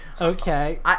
Okay